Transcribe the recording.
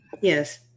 Yes